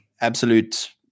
absolute